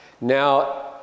Now